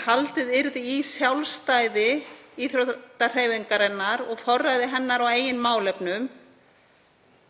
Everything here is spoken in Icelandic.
haldið yrði í sjálfstæði hreyfingarinnar og forræði hennar á eigin málefnum,